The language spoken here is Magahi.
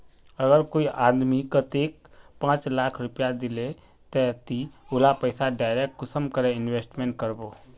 अगर कोई आदमी कतेक पाँच लाख रुपया दिले ते ती उला पैसा डायरक कुंसम करे इन्वेस्टमेंट करबो?